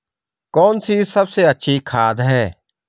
कौन सी सबसे अच्छी खाद है?